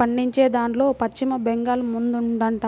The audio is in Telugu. పండించేదాన్లో పశ్చిమ బెంగాల్ ముందుందంట